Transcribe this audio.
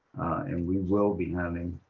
and we will be having